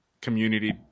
community